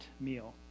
meal